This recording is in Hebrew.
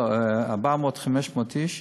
לא, 400, 500 איש